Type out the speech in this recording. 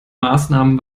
maßnahmen